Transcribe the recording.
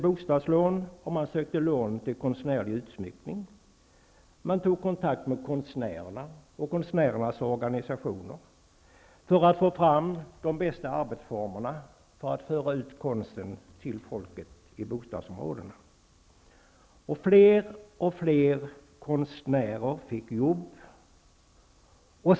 Bostadslån söktes och även lån till konstnärlig utsmyckning. Kontakt togs med konstnärer och deras organisationer för att få fram de bästa arbetsformerna för att föra ut konsten till folket i bostadsområdena. Fler och fler konstnärer fick arbete.